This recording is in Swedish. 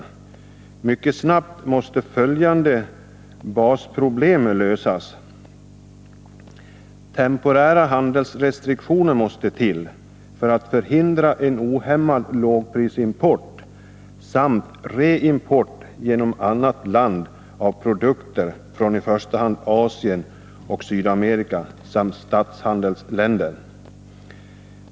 Mycket snabbt måste följande basproblem lösas: Temporära handelsrestriktioner måste till, för att förhindra en ohämmad lågprisimport, samt reimport genom annat land, av produkter från i första hand Asien och Sydamerika samt statshandelsländer.